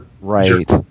right